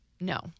No